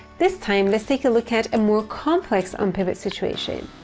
this time, let's take a look at a more complex unpivot situation.